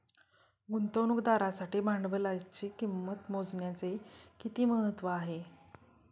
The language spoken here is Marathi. गुंतवणुकदारासाठी भांडवलाची किंमत मोजण्याचे किती महत्त्व आहे?